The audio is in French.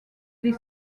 des